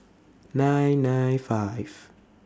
nine nine five